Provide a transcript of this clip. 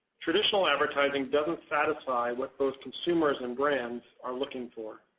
traditional advertising doesn't satisfy what both consumers and brands are looking for.